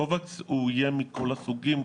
קובקס יהיה מכל הסוגים,